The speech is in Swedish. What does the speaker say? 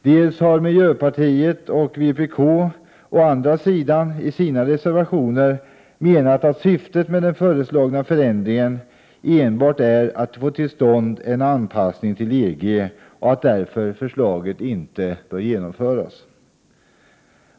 Dels har å andra sidan miljöpartiet och vpk i sina reservationer menat att syftet med den föreslagna förändringen enbart är att få till stånd en anpassning till EG och att förslaget därför inte bör genomföras.